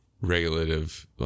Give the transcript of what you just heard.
regulative